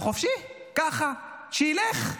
לחופשי, ככה, שילך.